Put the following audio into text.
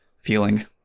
feeling